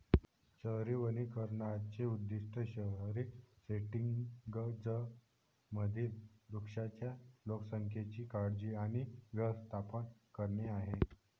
शहरी वनीकरणाचे उद्दीष्ट शहरी सेटिंग्जमधील वृक्षांच्या लोकसंख्येची काळजी आणि व्यवस्थापन करणे आहे